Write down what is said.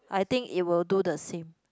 I think it will do the same